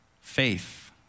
Faith